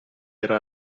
era